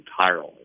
entirely